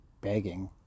begging